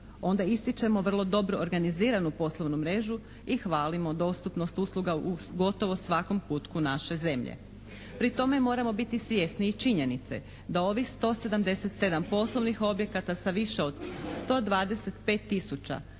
onda ističemo vrlo dobro organiziranu poslovnu mrežu i hvalimo dostupnost usluga u gotovo svakom kutku naše zemlje. Pri tome moramo biti svjesni i činjenice da ovih 177 poslovnih objekata sa više od 125 tisuća